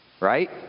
Right